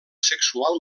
sexual